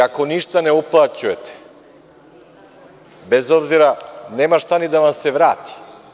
Ako ništa ne uplaćujete, nema šta ni da vam se vrati.